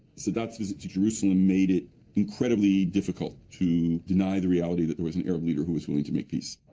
sadat's visit to jerusalem made it incredibly difficult to deny the reality that there was an arab leader who was willing to make peace.